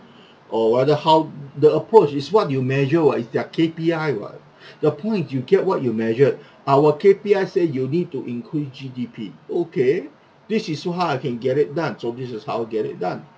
or whether how the approach is what you measure [what] is their K_P_I [what] the point you get what you measured our K_P_I say you need to increase G_D_P okay this is so how I can get it done so this is how I get it done